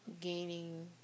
gaining